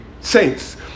saints